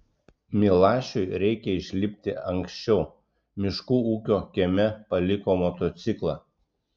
milašiui reikia išlipti anksčiau miškų ūkio kieme paliko motociklą